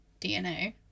DNA